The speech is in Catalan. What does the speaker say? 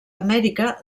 amèrica